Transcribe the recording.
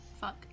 Fuck